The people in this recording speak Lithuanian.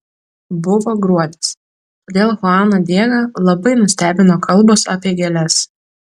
buvo gruodis todėl chuaną diegą labai nustebino kalbos apie gėles